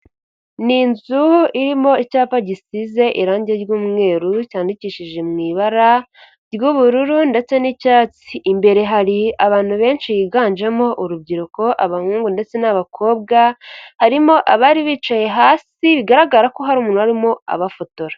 Ni inzu irimo icyapa gisize irangi ry'umweru cyandikishije mu ibara ry'ubururu ndetse n'icyatsi, imbere hari abantu benshi higanjemo urubyiruko abahungu ndetse n'abakobwa, harimo abari bicaye hasi bigaragara ko hari umuntu wari urimo abafotora.